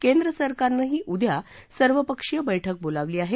केंद्र सरकारनंही उद्या सर्वपक्षीय बैठक बोलावली आहे